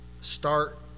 start